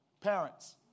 Parents